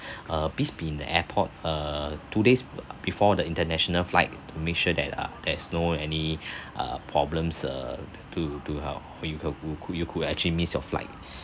uh please be in the airport err two days before the international flight to make sure that are there's no any uh problems err to to could you could actually missed your flight